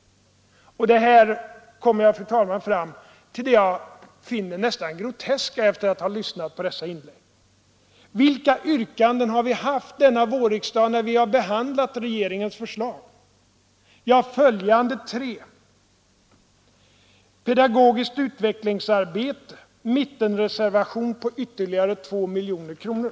Här kommer jag, fru talman, fram till det som jag finner nästan groteskt efter att ha lyssnat till gjorda inlägg. Vilka yrkanden har framställts under denna vårriksdag när vi behandlat regeringens förslag? Jo, följande tre: För det första har beträffande pedagogiskt utvecklingsarbete i en mittenreservation krävts ytterligare 2 miljoner kronor.